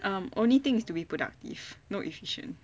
um only thing is to be productive no efficient